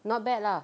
not bad lah